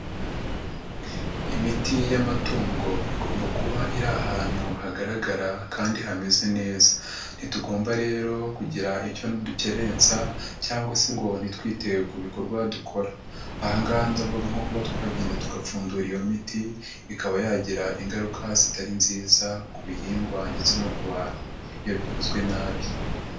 Imiti y'amatungo igomba kuba iri ahantu hagaragara kandi hameze neza. Ntitugomba rero kugira icyo dukerensa cyangwa se ngo ntitwite ku bikorwa dukora. Aha ngaha ndavuga nko kuba twagenda tugapfundura iyo miti, ikaba yagira ingaruka zitari nziza ku bihingwa ndetse no ku bantu. Iyo bikozwe nabi.